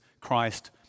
Christ